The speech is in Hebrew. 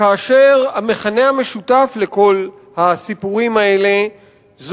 כאשר המכנה המשותף של כל הסיפורים האלה הוא